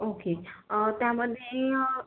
okay त्यामध्ये